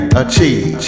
achieve